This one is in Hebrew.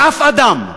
מאף אדם,